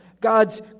God's